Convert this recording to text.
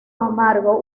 amargo